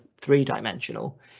three-dimensional